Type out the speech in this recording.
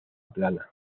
plana